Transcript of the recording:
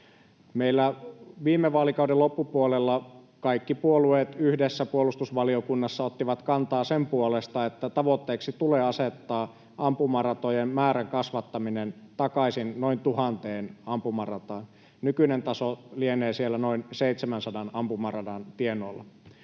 Meillä viime vaalikauden loppupuolella kaikki puolueet yhdessä puolustusvaliokunnassa ottivat kantaa sen puolesta, että tavoitteeksi tulee asettaa ampumaratojen määrän kasvattaminen takaisin noin tuhanteen ampumarataan. Nykyinen taso lienee siellä noin 700 ampumaradan tienoilla.